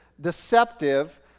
deceptive